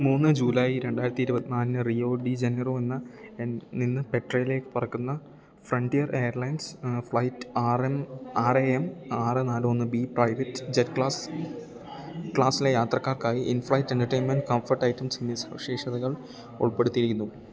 മൂന്ന് ജൂലൈ രണ്ടായിരത്തി ഇരുപത്തിനാലിന് റിയോ ഡി ജനറോയി ല്നിന്ന് പെട്രയിലേക്കു പറക്കുന്ന Frontier Airlines flight R A M ആറ് നാല് ഒന്ന് ബി പ്രൈവറ്റ് ജെറ്റ് ക്ലാസ്സിലെ യാത്രക്കാർക്കായി ഇൻഫ്ലൈറ്റ് എൻ്റർടൈൻമെൻറ്റ് കംഫർട് ഐറ്റംസ് എന്നീ സവിശേഷതകൾ ഉൾപ്പെടുത്തിയിരിക്കുന്നു